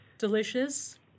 Delicious